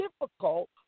difficult